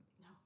No